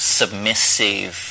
submissive